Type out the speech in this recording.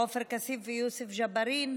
עופר כסיף ויוסף ג'בארין.